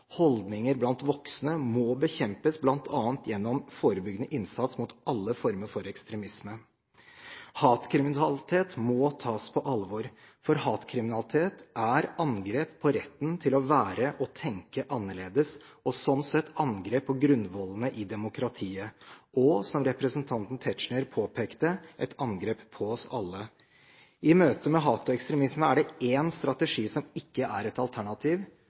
Holdninger blant voksne må bekjempes bl.a. gjennom forebyggende innsats mot alle former for ekstremisme. Hatkriminalitet må tas på alvor, for hatkriminalitet er angrep på retten til å være og tenke annerledes og sånn sett angrep på grunnvollene i demokratiet og – som representanten Tetzschner påpekte – et angrep på oss alle. I møte med hat og ekstremisme er det én strategi som ikke er et alternativ: